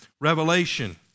Revelation